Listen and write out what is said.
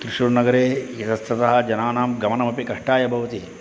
त्रिशूर् नगरे इतस्ततः जनानां गमनमपि कष्टाय भवति